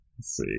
see